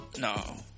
No